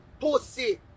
pussy